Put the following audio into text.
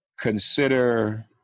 consider